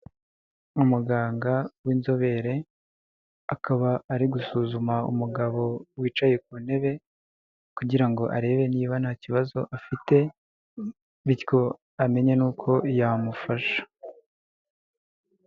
Umuganga w'inzobere akaba ari gusuzuma umugabo wicaye ku ntebe, kugira ngo arebe niba nta kibazo afite bityo amenye n'uko yamufasha.